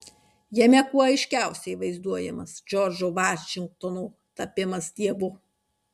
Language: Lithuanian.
jame kuo aiškiausiai vaizduojamas džordžo vašingtono tapimas dievu